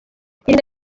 irinde